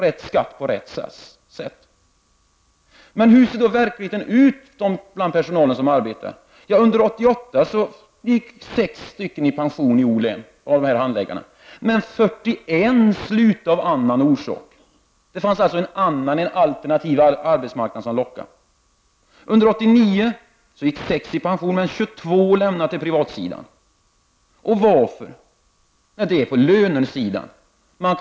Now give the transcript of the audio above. Hur ser då verkligheten ut bland den personal som arbetar inom skatteförvaltningen? Under 1988 avgick 6 handläggare med pension i O-län, medan 41 slutade av annan orsak. Det fanns alltså en annan, alternativ arbetsmarknad som lockade. Under 1989 gick 6 personer i pension, medan 22 gick över till tjänst på det privata området. Varför gjorde de det? Jo, det handlade om lönesituationen.